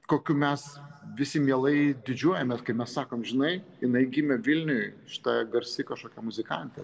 kokiu mes visi mielai didžiuojamės kai mes sakom žinai jinai gimė vilniuj šita garsi kažkokia muzikantė